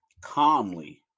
calmly